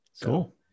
Cool